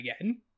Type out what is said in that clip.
again